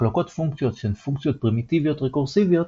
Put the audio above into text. מחלקות פונקציות שהן פונקציות פרימיטיביות רקורסיביות,